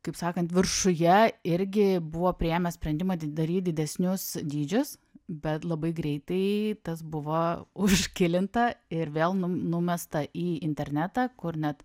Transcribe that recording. kaip sakant viršuje irgi buvo priėmę sprendimą di daryt didesnius dydžius bet labai greitai tas buvo užkilinta ir vėl nu numesta į internetą kur net